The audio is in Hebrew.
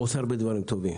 והוא עושה הרבה דברים טובים.